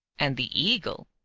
and the eagle,